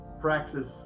Praxis